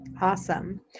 Awesome